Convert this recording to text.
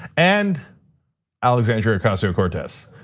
and alexandria ocasio-cortez.